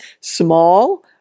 small